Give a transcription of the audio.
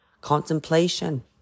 Contemplation